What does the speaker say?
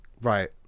Right